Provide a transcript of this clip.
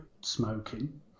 smoking